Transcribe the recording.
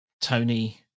Tony